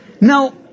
Now